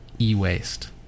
e-waste